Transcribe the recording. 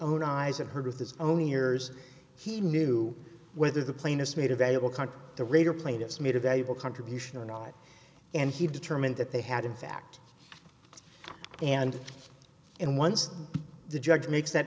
own eyes and heard with his own ears he knew whether the plaintiffs made available country the rater plaintiffs made a valuable contribution or not and he determined that they had in fact and and once the judge makes that